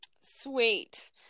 sweet